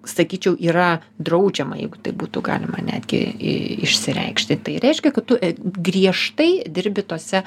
sakyčiau yra draudžiama jeigu taip būtų galima netgi išsireikšti tai reiškia kad tu griežtai dirbi tose